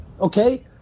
Okay